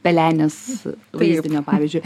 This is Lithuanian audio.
pelenės vaizdinio pavyzdžio